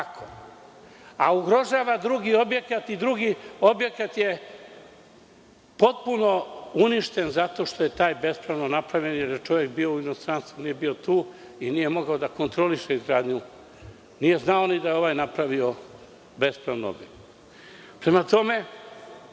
Kako? Ugrožava drugi objekat. Drugi objekat je potpuno uništen zato što je taj bespravno napravljen, jer je čovek bio u inostranstvu, nije bio tu i nije mogao da kontroliše izgradnju. Nije znao ni da je ovaj napravio bespravno objekat. Dođu